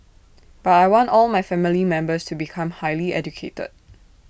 but I want all my family members to become highly educated